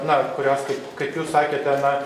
na kurios kaip kaip jūs sakėte na